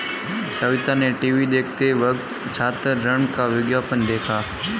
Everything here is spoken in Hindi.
सविता ने टीवी देखते वक्त छात्र ऋण का विज्ञापन देखा